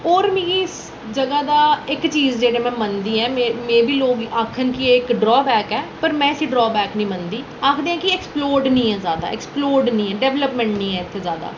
और मिगी जगह् दा इक चीज जेह्ड़ी कि में मन्नदी आं मे बी लोक आखन कि एह् इक ड्राबैक ऐ पर में इसी ड्राबैक निं मन्नदी आखदे कि ऐक्सप्लोर्ड निं ऐ जैदा ऐक्सप्लोर्ड निं ऐ डैवलपमैंट निं ऐ इत्थै जैदा